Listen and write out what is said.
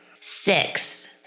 Six